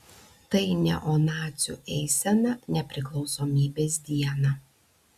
tai neonacių eisena nepriklausomybės dieną